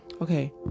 okay